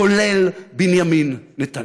כולל בנימין נתניהו.